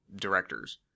directors